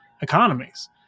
economies